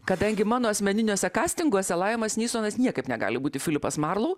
kadangi mano asmeniniuose kastinguose laimas nisonas niekaip negali būti filipas marlau